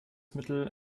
mittel